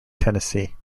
tennessee